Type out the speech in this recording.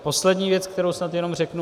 Poslední věc, kterou snad jenom řeknu.